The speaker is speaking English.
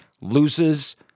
loses